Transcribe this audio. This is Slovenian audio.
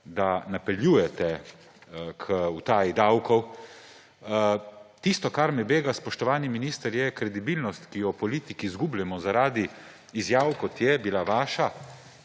da napeljujete k utaji davkov. Tisto, kar me bega, spoštovani minister, je kredibilnost, ki jo politiki izgubljamo zaradi izjav, kot je bila vaša